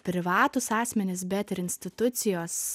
privatūs asmenys bet ir institucijos